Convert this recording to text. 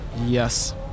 yes